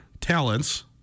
talents